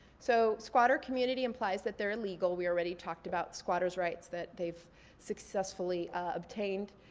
so squatter community implies that they're illegal. we already talked about squatters rights that they've successfully obtained.